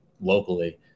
locally